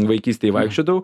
vaikystėj vaikščiodavau